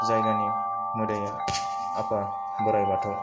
जायगानि मोदाइया आफा बोराइ बाथौ